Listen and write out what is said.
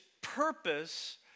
purpose